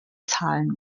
zahlen